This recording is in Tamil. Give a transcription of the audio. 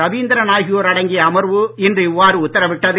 ரவீந்திரன் ஆகியோர் அடங்கிய அமர்வு இன்று இவ்வாறு உத்தரவிட்டது